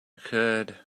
could